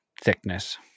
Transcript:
thickness